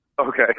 Okay